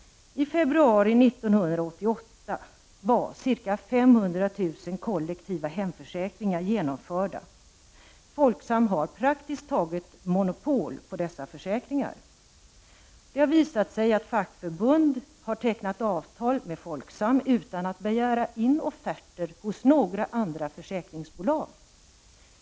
I februari 1988 var ca 500 000 kollektiva hemförsäkringar genomförda. Folksam har praktiskt taget monopol på dessa försäkringar. Det har visat sig att fackförbund har tecknat avtal med Folksam utan att begära offerter hos några andra försäkringsbolag.